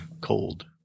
cold